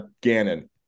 Gannon